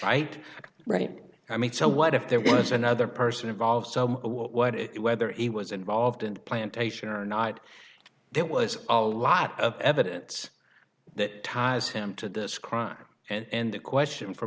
right right i mean so what if there was another person involved what it whether he was involved in the plantation or not there was a lot of evidence that ties him to this crime and the question for